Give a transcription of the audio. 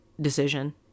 decision